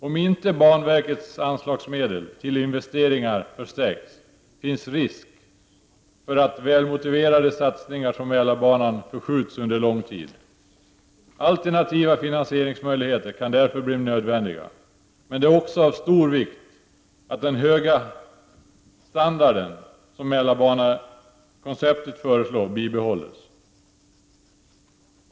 Om inte banverkets anslagsmedel till investeringar förstärks, finns risk för att välmotiverade satsningar som Mälarbanan förskjuts under lång tid. Alternativa finansieringsmöjligheter kan därför bli nödvändiga, men det är också av stor vikt att den höga standard som Mälarbanekonceptet föreslår bibehålles.